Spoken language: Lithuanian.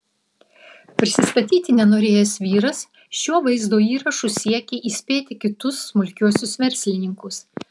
prisistatyti nenorėjęs vyras šiuo vaizdo įrašu siekia įspėti kitus smulkiuosius verslininkus